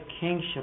kingship